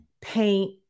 paint